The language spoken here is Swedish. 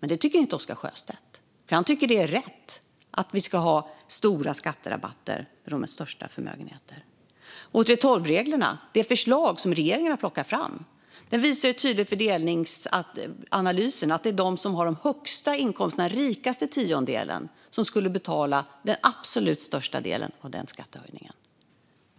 Men det tycker inte Oscar Sjöstedt. Han tycker att det är rätt att vi ska ha stora skatterabatter för dem med största förmögenhet. När det gäller 3:12-reglerna framgår det tydligt av fördelningsanalysen för det förslag som regeringen har plockat fram att det är de som har den högsta inkomsten, den rikaste tiondelen, som skulle betala den absolut största delen av den skattehöjningen.